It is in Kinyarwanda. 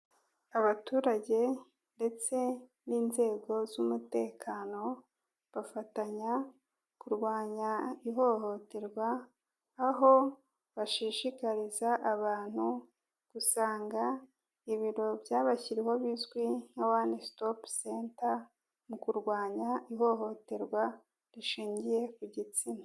Abaturage ndetse n'inzego z'umutekano, bafatanya kurwanya ihohoterwa, aho bashishikariza abantu gusanga ibiro byabashyiriweho bizwi nka One stop center, mu kurwanya ihohoterwa rishingiye ku gitsina.